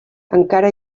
encara